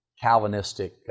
Calvinistic